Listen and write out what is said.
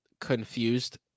confused